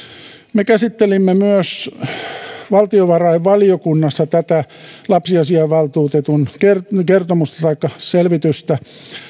me käsittelimme myös valtiovarainvaliokunnassa tätä lapsiasiainvaltuutetun kertomusta taikka selvitystä